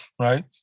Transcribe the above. right